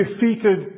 defeated